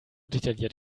detailliert